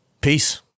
peace